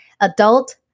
adult